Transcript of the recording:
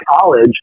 college